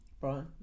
Right